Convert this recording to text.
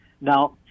Now